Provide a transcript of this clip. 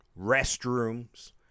restrooms